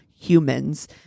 humans